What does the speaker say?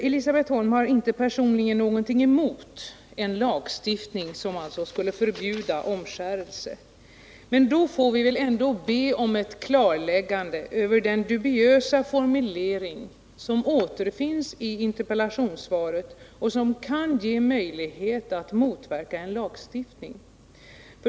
Elisabet Holm har inte personligen någonting emot en lagstiftning som skulle förbjuda omskärelse. Men då får vi väl ändå be om ett klarläggande av den dubiösa formulering som återfinns i interpellationssvaret och som kan ge möjlighet att motverka en lagstiftning.